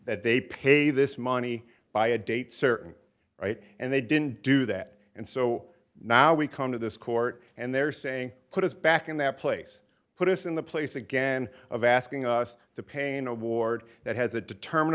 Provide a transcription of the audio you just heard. that they pay this money by a date certain right and they didn't do that and so now we come to this court and they're saying put us back in that place put us in the place again of asking us to pay an award that has a determin